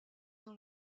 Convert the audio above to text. dans